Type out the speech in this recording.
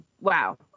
Wow